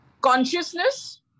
consciousness